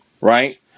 right